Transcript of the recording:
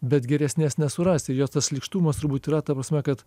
bet geresnės nesurasi ir jos tas slykštumas turbūt yra ta prasme kad